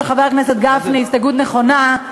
חבר הכנסת גפני היא הסתייגות נכונה,